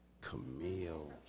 Camille